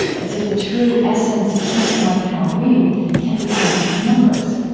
as if the true essence of something like halloween can't be turned into numbers.